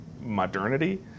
modernity